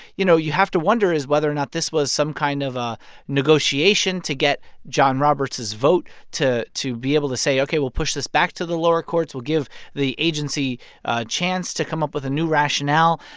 you know, you have to wonder is whether or not this was some kind of a negotiation to get john roberts' vote to to be able to say, ok, we'll push this back to the lower courts. we'll give the agency a chance to come up with a new rationale.